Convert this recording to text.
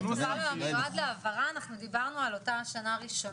במטופל המיועד להעברה אנחנו דיברנו על אותה שנה ראשונה.